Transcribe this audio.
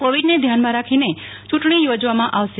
કોવિડને ધ્યાન રાખીને ચૂંટણી યોજવામાં આવશે